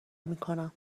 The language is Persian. میکنم